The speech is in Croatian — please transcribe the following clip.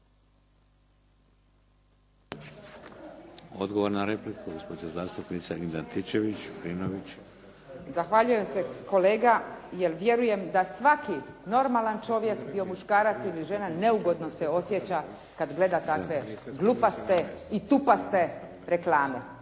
Odgovor na repliku, gospođa zastupnica Ingrid Antičević-Marinović. **Antičević Marinović, Ingrid (SDP)** Zahvaljujem se kolega jer vjerujem da svaki normalan čovjek, bio muškarac ili žena neugodno se osjeća kad gleda takve glupaste i tupaste reklame.